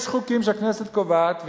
יש חוקים שהכנסת קובעת,